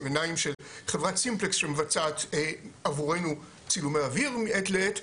עם עיניים של חברת סימפלקס שמבצעת עבורנו צילומי אוויר מעת לעת,